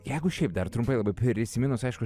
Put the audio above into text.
jeigu šiaip dar trumpai labai prisiminus aišku